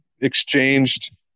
exchanged